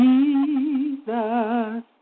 Jesus